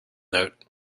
note